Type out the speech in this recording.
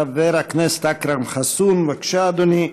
חברת הכנסת אכרם חסון, בבקשה, אדוני.